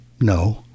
No